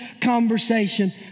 conversation